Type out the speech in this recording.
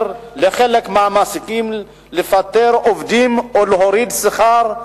לחלק מהמעסיקים לפטר עובדים ו/או להוריד שכר,